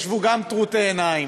ישבו טרוטי עיניים